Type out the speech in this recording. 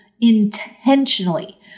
intentionally